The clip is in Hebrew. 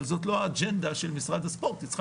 אבל זאת לא האג'נדה של משרד הספורט זאת צריכה